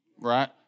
right